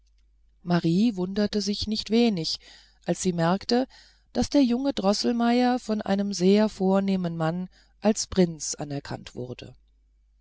marie wunderte sich nicht wenig als sie merkte daß der junge droßelmeier von einem sehr vornehmen mann als prinz anerkannt wurde